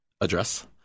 Address